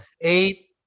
eight